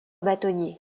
bâtonnier